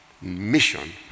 mission